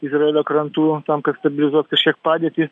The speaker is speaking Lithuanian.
izraelio krantų tam kad stabilizuot kažkiek padėtį